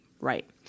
Right